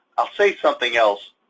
i'll say something else,